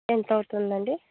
ఎంతవుతుందండి